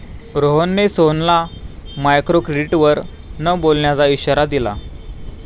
रोहनने सोहनला मायक्रोक्रेडिटवर न बोलण्याचा इशारा दिला